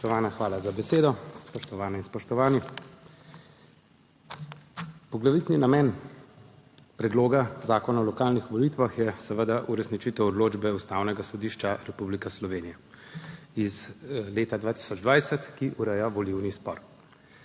Spoštovana, hvala za besedo. Spoštovane in spoštovani! Poglavitni namen predloga zakona o lokalnih volitvah je seveda uresničitev odločbe Ustavnega sodišča Republike Slovenije iz leta 2020, ki ureja volilni spor.